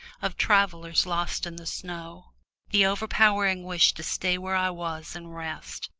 of travellers lost in the snow the overpowering wish to stay where i was and rest,